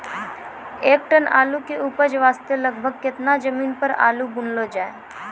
एक टन आलू के उपज वास्ते लगभग केतना जमीन पर आलू बुनलो जाय?